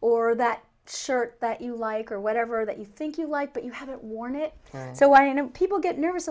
or that shirt that you like or whatever that you think you like but you haven't worn it so why you know people get nervous